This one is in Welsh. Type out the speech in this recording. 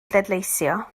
bleidleisio